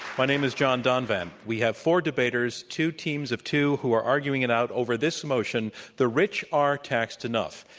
my name is john donvan. we have four debaters, two teams of two who are arguing it out over this motion the rich are taxed enough.